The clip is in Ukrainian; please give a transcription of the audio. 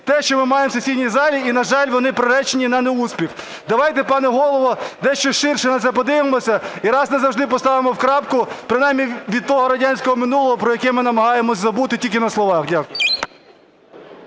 те, що ми маємо в сесійній залі, і, на жаль, вони приречені на неуспіх. Давайте, пане Голово, дещо ширше на це подивимося - і раз назавжди поставимо крапку, принаймні від того радянського минулого, про яке ми намагаємося забути тільки на словах. Дякую.